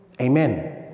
Amen